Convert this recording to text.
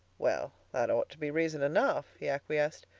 well, that ought to be reason enough, he acquiesced.